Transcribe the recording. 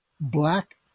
black